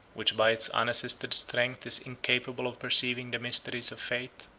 which by its unassisted strength is incapable of perceiving the mysteries of faith,